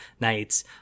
nights